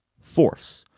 force